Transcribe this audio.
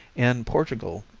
in portugal,